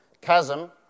chasm